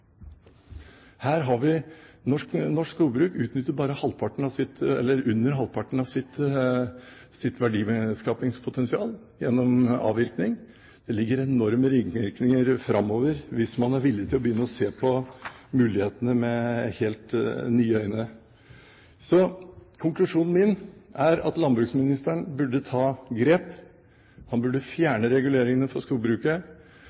Norsk skogbruk utnytter under halvparten av sitt verdiskapingspotensial gjennom avvirkning. Det ligger enorme ringvirkninger framover hvis man er villig til å gå inn og se på mulighetene med helt nye øyne. Så konklusjonen min er at landbruksministeren burde ta grep. Han burde fjerne reguleringene fra skogbruket.